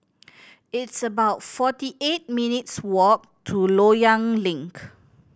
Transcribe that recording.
it's about forty eight minutes' walk to Loyang Link